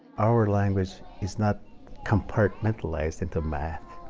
our language is not compartmentalized into math,